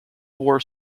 war